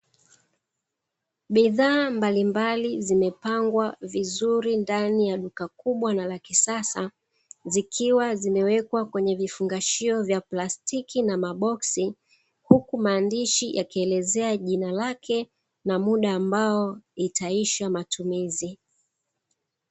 Bidhaa mbalimbali zimepangwa vizuri ndani ya duka kubwa na la kisasa, zikiwa zimewekwa kwenye vifungashio vya plastiki na maboksi, huku maandishi yakielezea jina lake, na muda ambao itaisha matumizi.